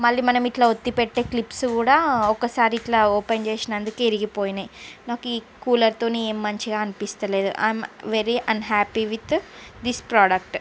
మళ్ళీ మనం ఇట్ల ఒత్తిపెట్టే క్లిప్సు కూడా ఒకసారి ఇట్లా ఓపెన్ ఇట్లా ఓపెన్ చేసినందుకు విరిగిపోయినాయి నాకు ఈ కూలర్తో మంచిగా అనిపించలేదు I am very unhappy with this product